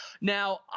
Now